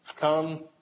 Come